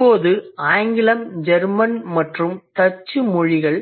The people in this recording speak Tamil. இப்போது ஆங்கிலம் ஜெர்மன் மற்றும் டச்சு மொழிகள்